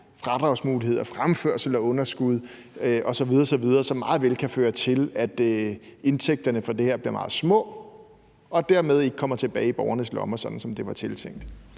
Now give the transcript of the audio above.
fradragsmuligheder, fremførelse af underskud osv. osv., som meget vel kan føre til, at indtægterne fra det her bliver meget små og dermed ikke kommer tilbage i borgernes lommer, sådan som det var tiltænkt?